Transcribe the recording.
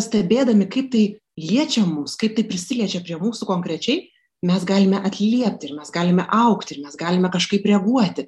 stebėdami kaip tai liečia mus kaip tai prisiliečia prie mūsų konkrečiai mes galime atliepti ir mes galime augti ir mes galime kažkaip reaguoti